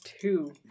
two